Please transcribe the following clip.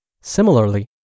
Similarly